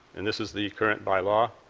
and this is the current bylaw,